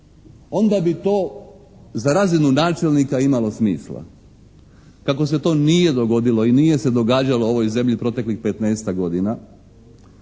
onda bi to za razinu načelnika imalo smisla. Kako se to nije dogodilo i nije se događalo u ovoj zemlji proteklih petnaestak